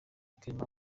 clement